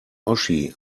oschi